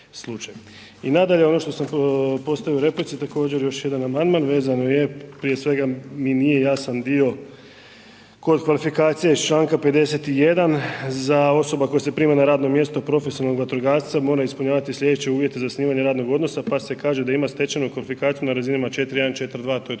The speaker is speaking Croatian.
I nadalje ono što sam postavio u replici, također jedan amandman, vezano je prije svega mi nije jasan dio kod kvalifikacije iz članka 51. osoba koja se prima na radno mjesto profesionalnog vatrogasca mora ispunjavati sljedeće uvjete za zasnivanje radnog odnosa pa se kaže da ima stečenu kvalifikaciju na razinama 4.1., 4.2. to je